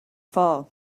fall